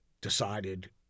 decided